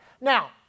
Now